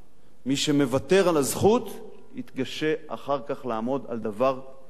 מי שמוותר על הזכות יתקשה אחר כך לעמוד על דבר כלשהו.